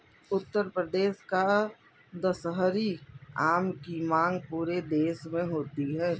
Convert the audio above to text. उत्तर प्रदेश का दशहरी आम की मांग पूरे देश में होती है